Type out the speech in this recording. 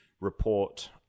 report